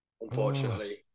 unfortunately